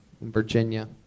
Virginia